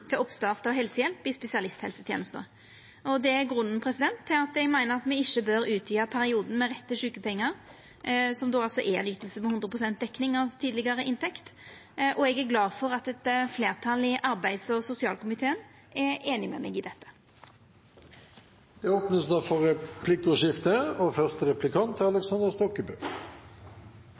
til oppstart av helsehjelp i spesialisthelsetenesta. Det er grunnen til at eg meiner at me ikkje bør utvida perioden med rett til sjukepengar, som då altså er ei yting på 100 pst. dekning av tidlegare inntekt, og eg er glad for at eit fleirtal i arbeids- og sosialkomiteen er einig med meg i dette. Det blir replikkordskifte.